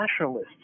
nationalists